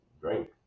drink